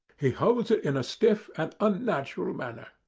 he holds it in a stiff and unnatural manner.